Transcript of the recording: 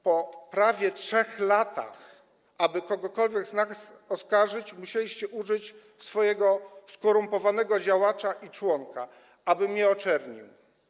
Po prawie 3 latach, aby kogokolwiek z nas oskarżyć, musieliście użyć swojego skorumpowanego działacza i członka, aby mnie oczernił.